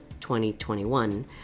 2021